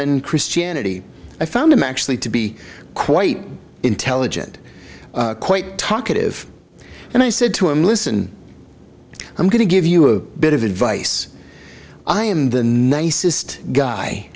and christianity i found him actually to be quite intelligent quite talkative and i said to him listen i'm going to give you a bit of advice i am the nicest guy